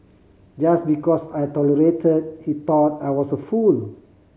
just because I tolerate he thought I was a fool